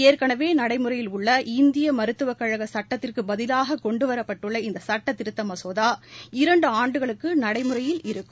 ஏற்கனவே நடைமுறையில் உள்ள இந்திய மருத்துவக் கழக சுட்டத்திற்குப் பதிலாக கொண்டு வரப்பட்டுள்ள இந்த சட்ட திருத்த மசோதா இரண்டு ஆண்டுகளுக்கு நடைமுறையில் இருக்கும்